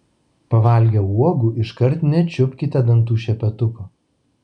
pavalgę uogų iškart nečiupkite dantų šepetuko